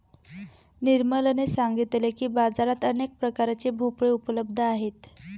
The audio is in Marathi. निर्मलने सांगितले की, बाजारात अनेक प्रकारचे भोपळे उपलब्ध आहेत